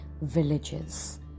villages